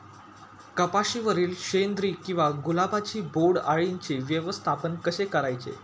कपाशिवरील शेंदरी किंवा गुलाबी बोंडअळीचे व्यवस्थापन कसे करायचे?